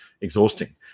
exhausting